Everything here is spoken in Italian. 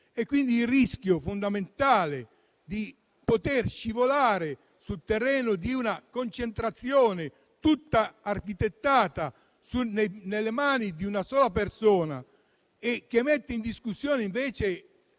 con il rischio fondamentale di poter scivolare sul terreno di una concentrazione tutta architettata nelle mani di una sola persona, mettendo così in discussione i